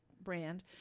brand